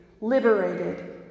liberated